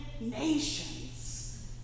Nations